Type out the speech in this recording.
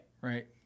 right